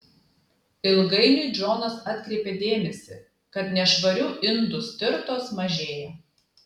ilgainiui džonas atkreipė dėmesį kad nešvarių indų stirtos mažėja